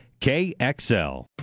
KXL